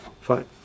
Fine